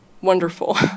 wonderful